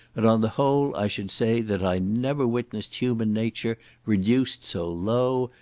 and on the whole i should say that i never witnessed human nature reduced so low,